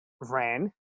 ran